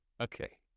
Okay